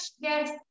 yes